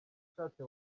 ushatse